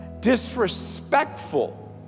disrespectful